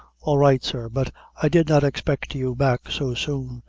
all right, sir but i did not expect you back so soon.